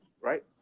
right